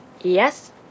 Yes